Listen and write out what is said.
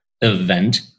event